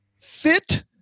Fit